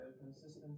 Consistency